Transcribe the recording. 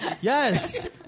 yes